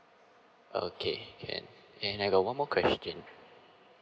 okay can and I got one more question